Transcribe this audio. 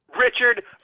Richard